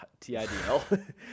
TIDL